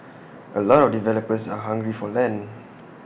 A lot of developers are hungry for land